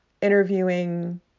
Interviewing